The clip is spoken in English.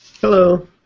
hello